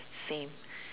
same